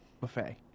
buffet